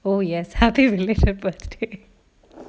oh yes happy belated birthday